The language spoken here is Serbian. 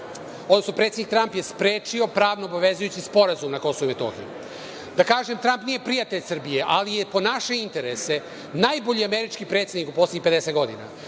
odnosno predsednik Tramp je sprečio pravno-obavezujući sporazum na KiM. Da kažem, Tramp nije prijatelj Srbije, ali je po naše interese najbolji američki predsednik u poslednjih 50 godina.